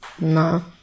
No